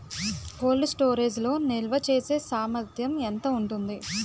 Cold storage లో నిల్వచేసేసామర్థ్యం ఎంత ఉంటుంది?